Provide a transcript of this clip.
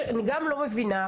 אני גם לא מבינה,